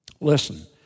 Listen